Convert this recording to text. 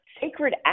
sacred